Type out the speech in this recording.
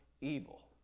evil